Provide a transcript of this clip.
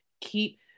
keep